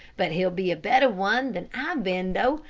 but he'll be a better one than i've been though,